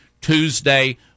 Tuesday